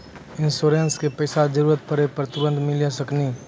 इंश्योरेंसबा के पैसा जरूरत पड़े पे तुरंत मिल सकनी?